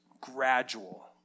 gradual